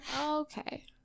Okay